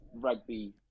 rugby